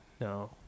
No